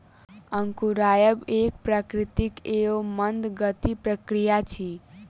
अंकुरायब एक प्राकृतिक एवं मंद गतिक प्रक्रिया अछि